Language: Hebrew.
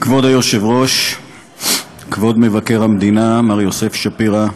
כבוד היושב-ראש, כבוד מבקר המדינה מר יוסף שפירא,